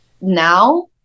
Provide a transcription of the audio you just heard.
now